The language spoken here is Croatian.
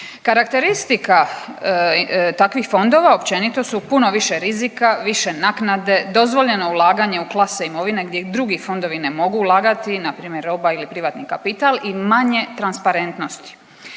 Karakteristika takvih fondova općenito su puno više rizika, više naknade, dozvoljeno ulaganje u klase i imovine gdje drugi fondovi ne mogu ulagati, na primjer roba ili privatni kapital i manje transparentnosti.